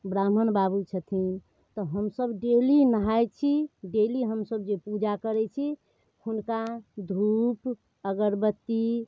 ब्राह्मण बाबू छथिन तऽ हमसभ डेली नहाइ छी डेली हमसभ जे पूजा करै छी हुनका धूप अगरबत्ती